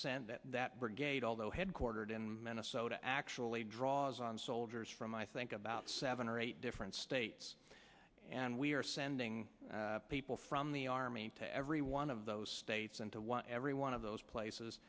sense that that brigade although headquartered in minnesota actually draws on soldiers from i think about seven or eight different states and we are sending people from the army to every one of those states into one every one of those places